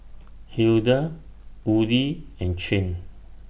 Hilda Woodie and Chin